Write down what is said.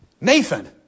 Nathan